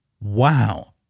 Wow